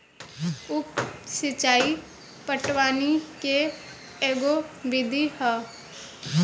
उप सिचाई पटवनी के एगो विधि ह